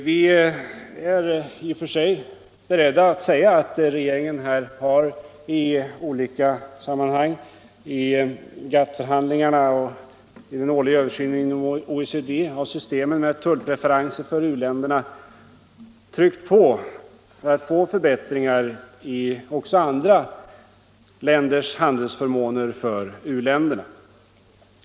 Vi är i och för sig beredda att säga att regeringen i olika sammanhang - i GATT-förhandlingarna och vid den årliga översynen inom OECD av systemet med tullpreferenser för u-länderna — har tryckt på för att få förbättringar i också andra länders handelsförmåner för u-länderna.